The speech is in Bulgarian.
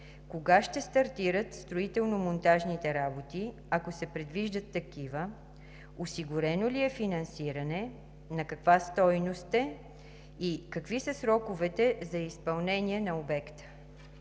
кога ще стартират строително-монтажните работи, ако се предвиждат такива? Осигурено ли е финансиране, на каква стойност е и какви са сроковете за изпълнение на обекта?